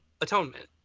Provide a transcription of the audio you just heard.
Atonement